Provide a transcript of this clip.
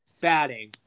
batting